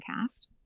cast